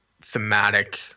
thematic